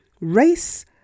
race